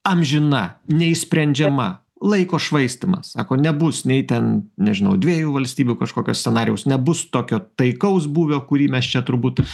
amžina neišsprendžiama laiko švaistymas sako nebus nei ten nežinau dviejų valstybių kažkokio scenarijaus nebus tokio taikaus būvio kurį mes čia turbūt